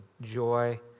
joy